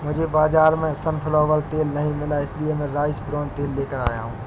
मुझे बाजार में सनफ्लावर तेल नहीं मिला इसलिए मैं राइस ब्रान तेल लेकर आया हूं